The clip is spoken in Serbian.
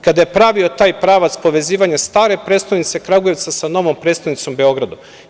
Kada je pravio taj pravac povezivanja stare prestonice Kragujevca sa novom prestonicom Beogradom.